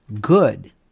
good